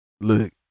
look